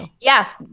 yes